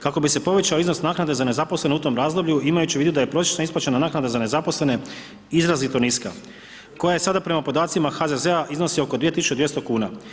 Kako bi se povećao iznos naknade za nezaposlene u tom razdoblju, imajući u vidu da je prosječna isplaćena naknada za nezaposlene izrazito niska, koja sada prema podacima HZZ-a iznosi oko 2200 kn.